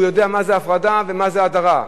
הוא יודע מה זו הפרדה ומה זו הדרה.